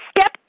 Step